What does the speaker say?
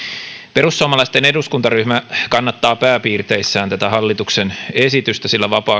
perussuomalaisten eduskuntaryhmä kannattaa pääpiirteissään tätä hallituksen esitystä sillä vapaa